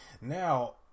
Now